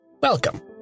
Welcome